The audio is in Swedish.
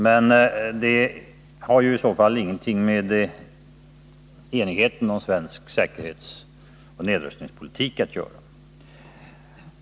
Men det har i så fall ingenting med enigheten om svensk säkerhetsoch nedrustningspolitik att göra.